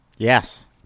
Yes